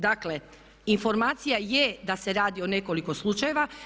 Dakle, informacija je da se radi o nekoliko slučajeva.